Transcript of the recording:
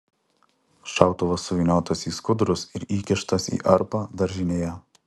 šautuvas suvyniotas į skudurus ir įkištas į arpą daržinėje